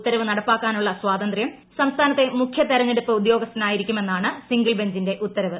ഉത്തരവ് നടപ്പാക്കാനുള്ള സ്വാതന്ത്ര്യം സംസ്ഥാനത്തെ മുഖ്യ തെരഞ്ഞെടുപ്പ് ഉദ്യേക്ക്സ്ഥനായിരിക്കുമെന്നാണ് സിംഗിൾ ബെഞ്ചിന്റെ ഉത്തരവ്